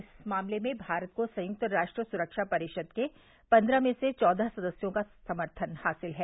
इस मामले में भारत को संयुक्त राष्ट्र सुरक्षा परिषद के पन्द्रह में से चौदह सदस्यों का समर्थन हासिल है